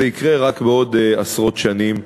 זה יקרה רק בעוד עשרות שנים,